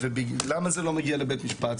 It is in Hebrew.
ולמה זה לא מגיע לבית משפט?